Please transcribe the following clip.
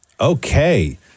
Okay